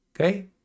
okay